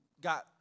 got